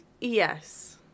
yes